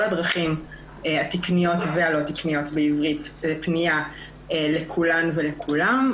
הדרכים התקניות והלא תקניות בעברית לפנייה לכולן ולכולם,